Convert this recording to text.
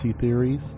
theories